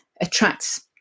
attracts